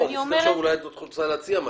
לא, אני חושב שאולי את רוצה להציע משהו.